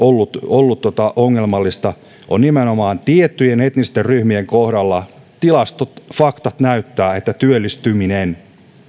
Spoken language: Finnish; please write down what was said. ollut ongelmallista on se että nimenomaan tiettyjen etnisten ryhmien kohdalla tilastot ja faktat näyttävät että työllistyminen